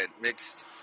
mixed